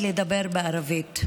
בערבית.